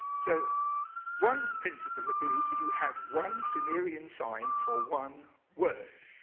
so one principle is that you have one sumerian sign for one word.